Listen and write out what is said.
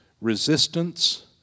resistance